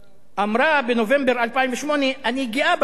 אמרה בנובמבר 2008: אני גאה בבן שלי.